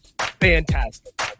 fantastic